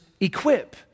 equip